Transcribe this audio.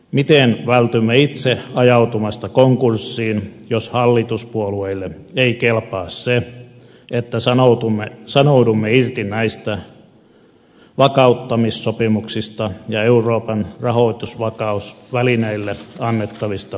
miten vältymme itse ajautumasta konkurssiin jos hallituspuolueille ei kelpaa se että sanoudumme irti näistä vakauttamissopimuksista ja euroopan rahoitusvakausvälineelle annettavista valtiontakauksista